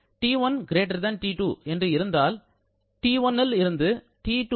T1 T2 என்று இருந்தால் T1 ல் இருந்து T2